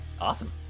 Awesome